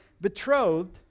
betrothed